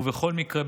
ובכל מקרה,